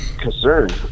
concerned